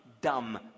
dumb